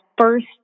first